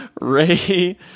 ray